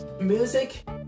music